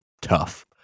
tough